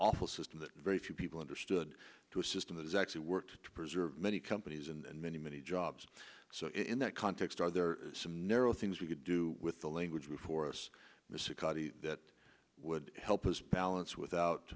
awful system that very few people understood to a system that actually worked to preserve many companies and many many jobs so in that context are there some narrow things we could do with the language for us that would help us balance without